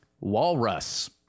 Walrus